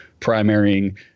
primarying